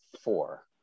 four